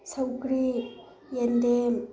ꯁꯧꯒ꯭ꯔꯤ ꯌꯦꯟꯗꯦꯝ